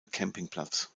campingplatz